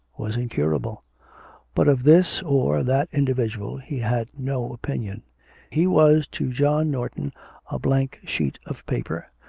was incurable but of this or that individual he had no opinion he was to john norton a blank sheet of paper,